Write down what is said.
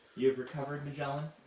you've recovered, magellan?